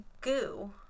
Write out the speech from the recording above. goo